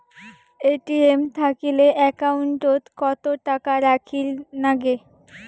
ATM থাকিলে account ওত কত টাকা রাখীর নাগে?